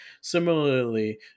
similarly